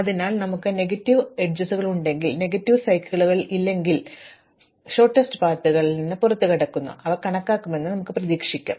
അതിനാൽ ഞങ്ങൾക്ക് നെഗറ്റീവ് അരികുകളുണ്ടെങ്കിലും നെഗറ്റീവ് സൈക്കിളുകളില്ലെങ്കിൽ ഹ്രസ്വമായ പാതകൾ പുറത്തുകടക്കുന്നു അവ കണക്കാക്കുമെന്ന് നമുക്ക് പ്രതീക്ഷിക്കാം